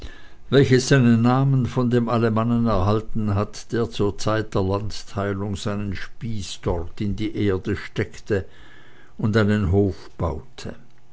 welches seinen namen von dem alemannen erhalten hat der zur zeit der landteilung seinen spieß dort in die erde steckte und einen hof baute